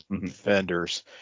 Defenders